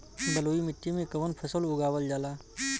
बलुई मिट्टी में कवन फसल उगावल जाला?